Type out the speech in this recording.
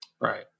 Right